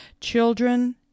Children